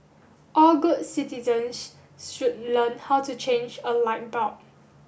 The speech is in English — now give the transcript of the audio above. all good citizens should learn how to change a light bulb